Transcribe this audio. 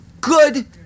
Good